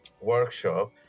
workshop